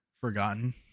forgotten